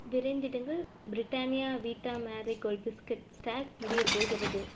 விரைந்திடுங்கள் Britannia Vita Marie Gold biscuit stock முடியப் போகிறது